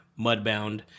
Mudbound